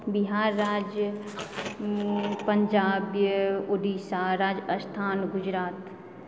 बिहार राज्य पञ्जाब उड़ीसा राजस्थान गुजरात